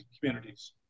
communities